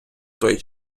той